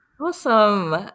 Awesome